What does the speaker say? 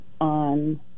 on